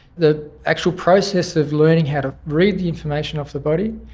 the actual process of learning how to read the information off the body,